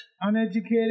uneducated